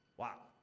wow.